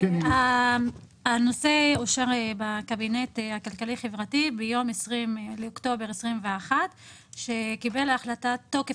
הנושא אושר בקבינט הכלכלי-חברתי ביום 20 באוקטובר 2021 וקיבל תוקף